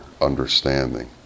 understanding